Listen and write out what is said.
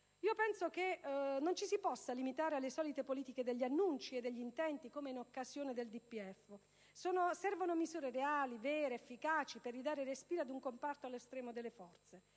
Penso che non ci si possa limitare alle solite politiche degli annunci e degli intenti come in occasione del DPEF; servono misure reali, vere, efficaci per ridare respiro ad un comparto allo stremo delle forze.